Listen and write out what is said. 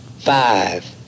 five